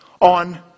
on